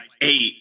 eight